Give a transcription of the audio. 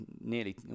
nearly